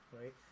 right